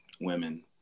women